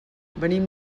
venim